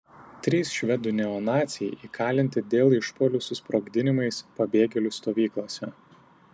trys švedų neonaciai įkalinti dėl išpuolių su sprogdinimais pabėgėlių stovyklose